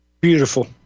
Beautiful